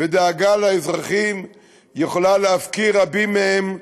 ודאגה לאזרחים יכולה להפקיר רבים מהם,